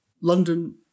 London